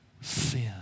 sin